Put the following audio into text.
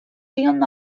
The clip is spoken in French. rien